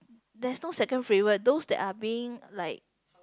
there's no second favorite those that are being like